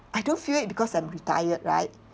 I don't feel it because I'm retired right